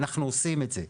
אנחנו עושים את זה.